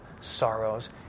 sorrows